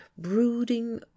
brooding